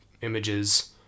images